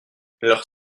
leurs